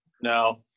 No